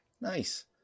Nice